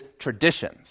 traditions